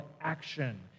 action